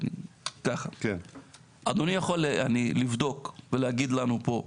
ככה, אדוני יכול לבדוק ולהגיד לנו פה,